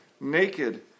Naked